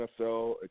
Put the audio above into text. NFL